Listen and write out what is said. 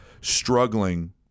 struggling